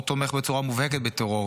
או תומך בצורה מובהקת בטרור.